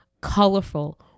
colorful